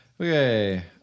Okay